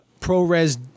ProRes